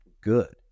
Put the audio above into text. good